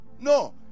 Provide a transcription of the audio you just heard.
No